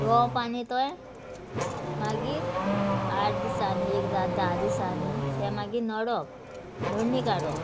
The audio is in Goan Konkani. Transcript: रोंवप आनी तो मागीर आट दिसांनी एक जाता धा दिसांनी ते मागीर नडप नडणी काडप